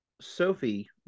Sophie